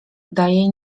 daje